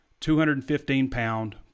215-pound